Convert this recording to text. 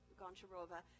Goncharova